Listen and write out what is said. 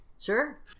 sure